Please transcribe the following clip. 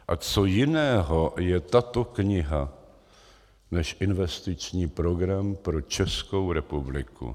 A co jiného je tato kniha než investiční program pro Českou republiku?